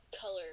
color